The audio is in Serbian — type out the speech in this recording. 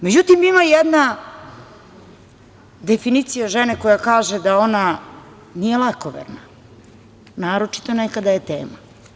Međutim, ima jedna definicija žene koja kaže da ona nije lakoverna, naročito ne kada je tema.